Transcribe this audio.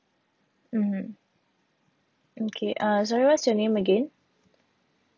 mmhmm okay uh sorry what's your name again